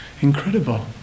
incredible